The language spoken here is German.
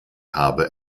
habe